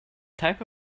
type